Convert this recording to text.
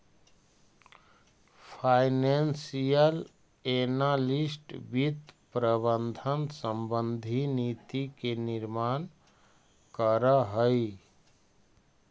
financial analyst वित्त प्रबंधन संबंधी नीति के निर्माण करऽ हइ